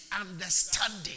understanding